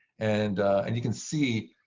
and and you can see